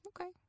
Okay